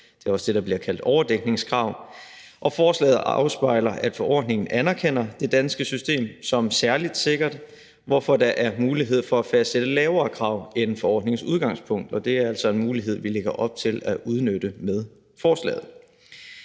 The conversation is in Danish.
det er også det, der bliver kaldt overdækningskrav – og forslaget afspejler, at forordningen anerkender det danske system som særlig sikkert, hvorfor der er mulighed for at fastsætte lavere krav end forordningens udgangspunkt. Det er altså en mulighed, vi lægger op til at udnytte med forslaget.